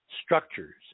structures